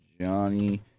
Johnny